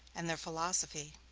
and their philosophy.